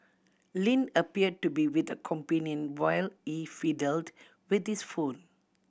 Lin appeared to be with a companion while he fiddled with his phone